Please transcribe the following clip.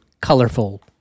colorful